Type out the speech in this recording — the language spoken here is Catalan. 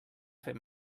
fer